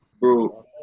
bro